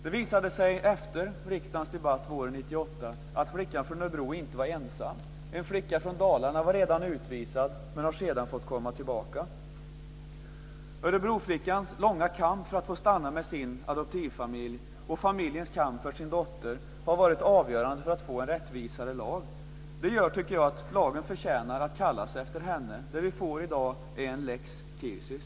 Det visade sig efter riksdagens debatt våren 1998 Dalarna var redan utvisad, men har sedan fått komma tillbaka. Örebroflickans långa kamp för att få stanna med sin adoptivfamilj och familjens kamp för sin dotter har varit avgörande för att få en rättvisare lag. Det tycker jag gör att lagen förtjänar att kallas efter henne. Det vi får i dag är en lex Kirsys.